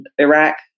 Iraq